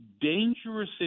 dangerous